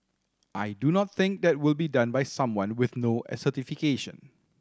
I do not think that will be done by someone with no certification